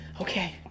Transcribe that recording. okay